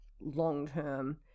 long-term